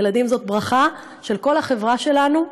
ילדים הם ברכה של כל החברה שלנו.